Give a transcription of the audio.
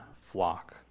flock